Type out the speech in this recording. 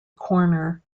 corner